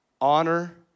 honor